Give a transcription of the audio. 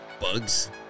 bugs